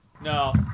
No